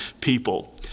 people